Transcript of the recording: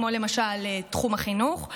כמו למשל תחום החינוך,